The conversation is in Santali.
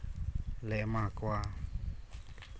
ᱞᱮ ᱮᱢᱟ ᱠᱚᱣᱟ